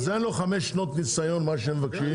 אז אין לו חמש שנות ניסיון, מה שמבקשים.